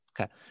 Okay